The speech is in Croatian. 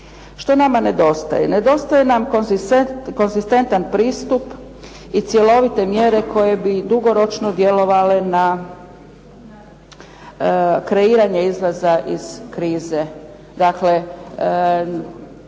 Što nama nedostaje? Nedostaje konzistentan pristup i cjelovite mjere koje bi dugoročno djelovale na kreiranje izlaza iz krize.